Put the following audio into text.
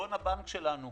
לחשבון הבנק שלנו.